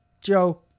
Joe